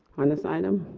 on this item.